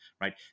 right